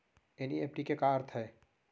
NEFT के का अर्थ है?